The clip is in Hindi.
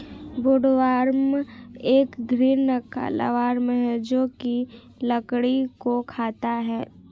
वुडवर्म एक भृंग का लार्वा है जो की लकड़ी को खाता है